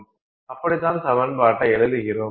அப்படிதான் சமன்பாட்டை எழுதிகிறோம்